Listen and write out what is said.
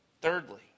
thirdly